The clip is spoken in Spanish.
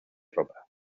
ropa